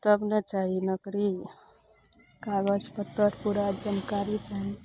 तब ने चाही नौकरी कागज पत्तर पूरा जानकारी चाही